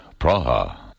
Praha